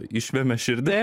išvemia širdį